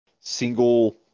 single